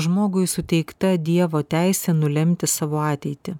žmogui suteikta dievo teisė nulemti savo ateitį